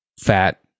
fat